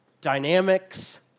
dynamics